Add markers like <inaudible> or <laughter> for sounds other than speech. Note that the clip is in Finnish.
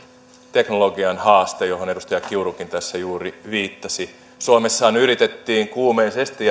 teknologian haaste johon edustaja kiurukin tässä juuri viittasi suomessahan yritettiin kuumeisesti <unintelligible>